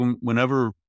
whenever